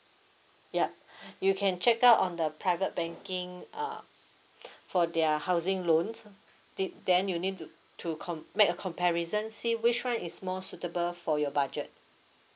yup you can check out on the private banking uh for their housing loans did then you need to to com make a comparison see which one is more suitable for your budget